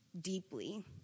deeply